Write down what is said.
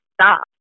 stop